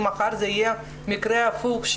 אם מחר זה יהיה מקרה הפוך,